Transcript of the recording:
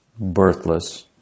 birthless